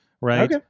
right